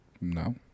No